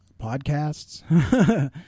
podcasts